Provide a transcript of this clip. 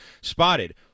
Spotted